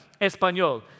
español